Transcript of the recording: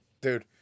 dude